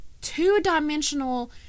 two-dimensional